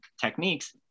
techniques